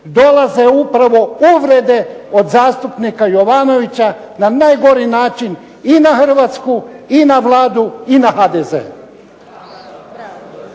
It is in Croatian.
dolaze upravo uvrede od zastupnika Jovanovića na najgori način i na Hrvatsku i na Vladu i na HDZ.